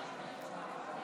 הוראת שעה),